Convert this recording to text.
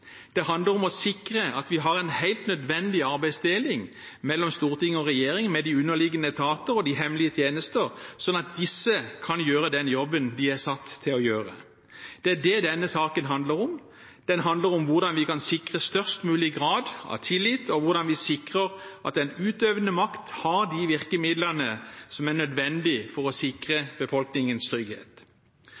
Det handler om å sikre at vi har en helt nødvendig arbeidsdeling mellom storting og regjering, med de underliggende etater og de hemmelige tjenester, slik at disse kan gjøre den jobben de er satt til å gjøre. Det er det denne saken handler om. Den handler om hvordan vi kan sikre størst mulig grad av tillit, og hvordan vi sikrer at den utøvende makt har de virkemidlene som er nødvendige for å sikre befolkningens trygghet.